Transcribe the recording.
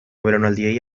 belaunaldiei